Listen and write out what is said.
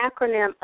acronym